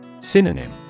Synonym